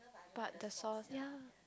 but the sauce ya